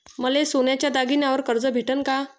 मले सोन्याच्या दागिन्यावर कर्ज भेटन का?